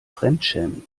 fremdschämen